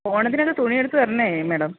ഓണത്തിനൊക്കെ തുണി എടുത്ത് തരണം മേഡം